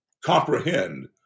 comprehend